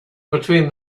between